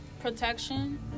protection